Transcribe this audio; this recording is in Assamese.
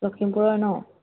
লখিমপুৰৰ ন